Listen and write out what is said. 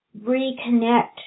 reconnect